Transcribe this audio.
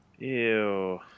Ew